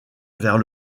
vers